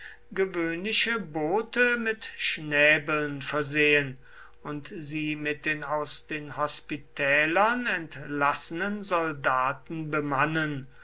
gewöhnliche boote mit schnäbeln versehen und sie mit den aus den hospitälern entlassenen soldaten bemannen